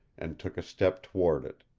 and took a step toward it.